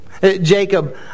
Jacob